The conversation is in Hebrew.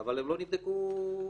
אבל הן לא נבדקו במעשה.